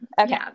okay